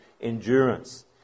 endurance